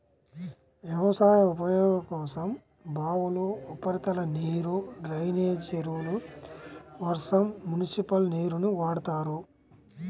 వ్యవసాయ ఉపయోగం కోసం బావులు, ఉపరితల నీరు, డ్రైనేజీ చెరువులు, వర్షం, మునిసిపల్ నీరుని వాడతారు